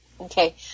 Okay